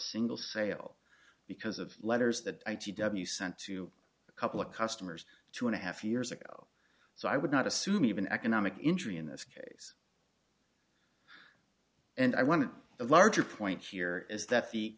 single sale because of letters that you sent to a couple of customers two and a half years ago so i would not assume even economic injury in this case and i wanted a larger point here is that the